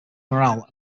morale